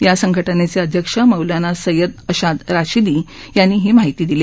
या संघटनेचे अध्यक्ष मौलाना सय्यद अशाद राशिदी यांनी ही माहिती दिली